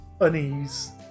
unease